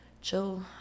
chill